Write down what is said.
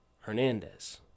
Hernandez